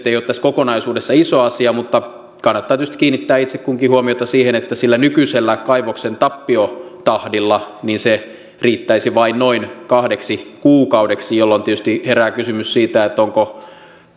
ei ole tässä kokonaisuudessa iso asia mutta kannattaa tietysti kiinnittää itse kunkin huomiota siihen että sillä nykyisellä kaivoksen tappiotahdilla se riittäisi vain noin kahdeksi kuukaudeksi jolloin tietysti herää kysymys siitä onko